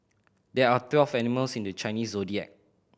there are twelve animals in the Chinese Zodiac